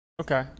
Okay